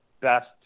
best